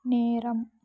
நேரம்